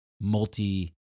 multi